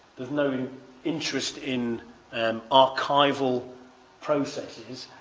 there's no interest in and archival processes.